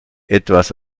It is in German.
etwas